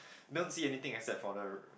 don't see anything except for the